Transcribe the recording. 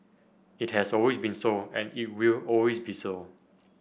it has always been so and it will always be so